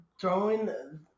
throwing